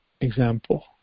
example